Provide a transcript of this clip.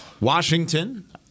Washington